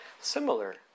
Similar